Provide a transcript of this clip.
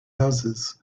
houses